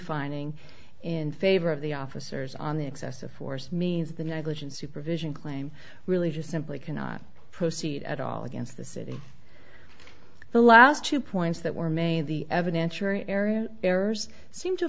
finding in favor of the officers on the excessive force means the negligent supervision claim really just simply cannot proceed at all against the city the last two points that were made the evan ensuring area errors seem to